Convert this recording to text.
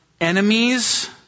enemies